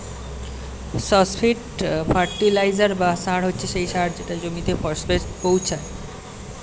phosphate fertiliser বা সার হচ্ছে সেই সার যেটা জমিতে ফসফেট পৌঁছায়